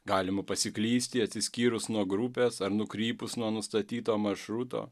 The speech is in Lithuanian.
galima pasiklysti atsiskyrus nuo grupės ar nukrypus nuo nustatyto maršruto